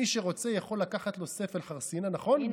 מי שרוצה יכול לקחת לו ספל חרסינה, נכון?